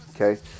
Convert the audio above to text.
okay